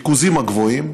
הריכוזים הגבוהים,